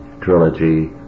trilogy